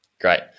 Great